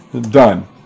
Done